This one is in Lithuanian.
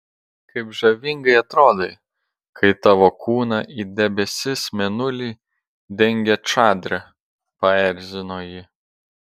kaip žavingai atrodai kai tavo kūną it debesis mėnulį dengia čadra paerzino ji